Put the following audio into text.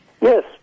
Yes